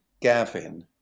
Gavin